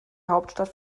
hauptstadt